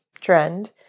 trend